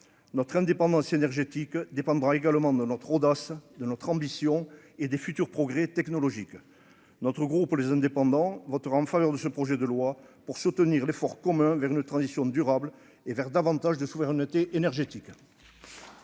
notre indépendance énergétique dépendra également de notre audace de notre ambition et des futurs progrès technologiques notre gros pour les indépendants votera en faveur de ce projet de loi pour soutenir l'effort commun vers une transition durable et vers davantage de souveraineté énergétique.